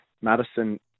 Madison